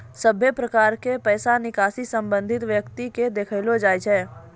सभे प्रकार के पैसा निकासी संबंधित व्यक्ति के देखैलो जाय छै